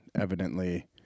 evidently